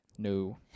No